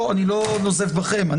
אני לא נוזף בכם.